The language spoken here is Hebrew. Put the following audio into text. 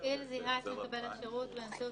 " המפעיל זיהה את מקבל השירות באמצעות